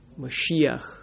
Mashiach